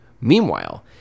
Meanwhile